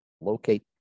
locate